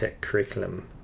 curriculum